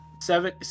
Seven